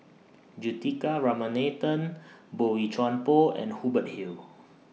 Juthika Ramanathan Boey Chuan Poh and Hubert Hill